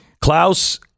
klaus